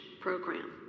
program